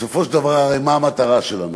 בסופו של דבר, הרי מה המטרה שלנו?